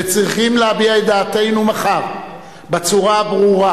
וצריכים להביע את דעתנו מחר בצורה הברורה